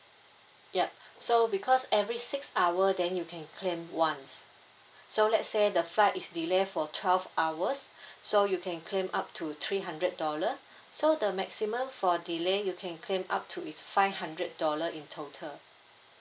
yup so because every six hour then you can claim once so let's say the flight is delay for twelve hours so you can claim up to three hundred dollar so the maximum for delay you can claim up to is five hundred dollar in total